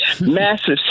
massive